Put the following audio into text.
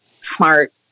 smart